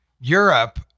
Europe